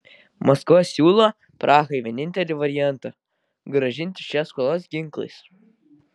maskva siūlo prahai vienintelį variantą grąžinti šias skolas ginklais